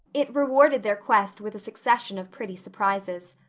it rewarded their quest with a succession of pretty surprises.